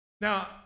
Now